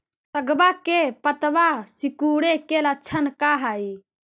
सगवा के पत्तवा सिकुड़े के लक्षण का हाई?